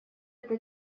это